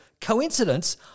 coincidence